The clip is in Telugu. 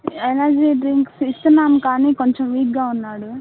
ఎనర్జీ డ్రింక్స్ ఇస్తున్నాం కానీ కొంచెం వీక్గా ఉన్నాడు